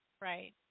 Right